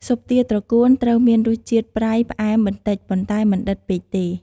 ស៊ុបទាត្រកួន ត្រូវមានរសជាតិ ប្រៃ ផ្អែម បន្តិច ប៉ុន្តែមិនដិតពេកទេ។